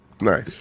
Nice